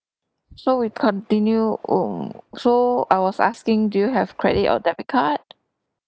so we continue um so I was asking do you have credit or debit card